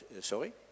sorry